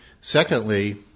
Secondly